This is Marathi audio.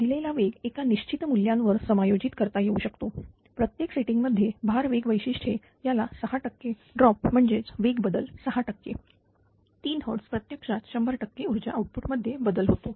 दिलेला वेग एका निश्चित मूल्यावर समायोजित करता येऊ शकतोप्रत्येक सेटिंग मध्ये भार वेग वैशिष्ट्ये याला 6 टक्के ड्रॉप म्हणजेच वेग बदल 6 टक्के 3Hz प्रत्यक्षात 100 टक्के ऊर्जा आउटपुट मध्ये बदल होतो